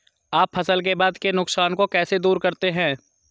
आप फसल के बाद के नुकसान को कैसे दूर करते हैं?